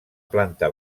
planta